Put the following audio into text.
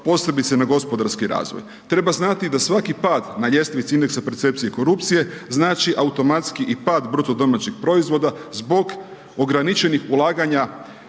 posebice na gospodarski razvoj. Treba znati i da svaki pad na ljestvici indeksa percepcije korupcije znači automatski i pad bruto domaćeg proizvoda zbog ograničenih ulaganja